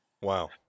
Wow